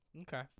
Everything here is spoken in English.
Okay